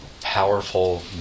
powerful